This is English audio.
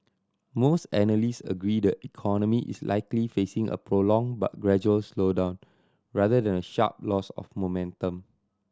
most analyst agree the economy is likely facing a prolonged but gradual slowdown rather than a sharp loss of momentum